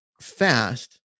fast